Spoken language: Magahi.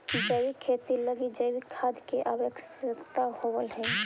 जैविक खेती लगी जैविक खाद के आवश्यकता होवऽ हइ